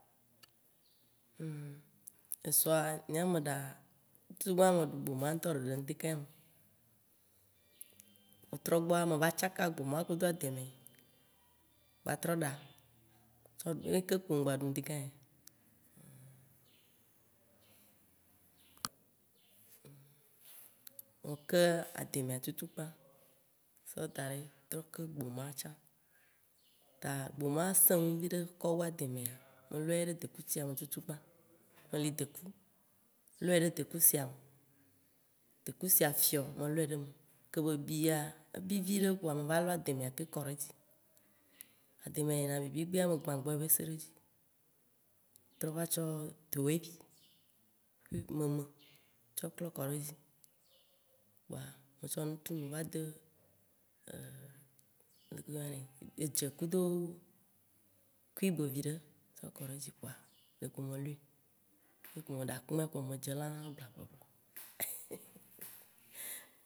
esɔa, nyea meɖa tutugbã meɖu gboma ŋtɔ ɖeɖe ŋdekĩ me, wetrɔ gbɔa, me va tsaka gboma Kudo ademe, gba trɔ ɖa tsɔ ye ke kpo ŋgbaɖu ŋdekĩ ya. Mke ademea tutugbã sɔ da ɖe trɔ ke gbɔma tsã. Ta gboma sẽŋ vikɔ wu ademea, melɔ eya ɖe dekusia me tutubã, meli deku, lɔe ɖe deku sia me, dekusia fiɔ melɔɛ ɖe me. Ke be bia, bi viɖe kpoa, me va lɔ ademe keŋ kɔ ɖe edzi, ademea yina bibigbea megbã gbɔyebese ɖe dzi, trɔ va tsɔ dɔevi kube meme tsɔ va trɔ kɔ ɖe dzi kpoa metsɔ nu tunu va de leke wo yɔna nɛ? Edze Kudo kube viɖe tsɔ kɔ ɖe dzi kpoa, ɖekpo me luĩ, ye kpo meɖa akume kpo dze elalã ʋla akume.